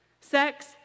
Sex